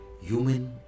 Human